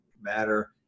matter